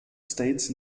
states